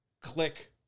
click